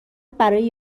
برای